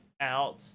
out –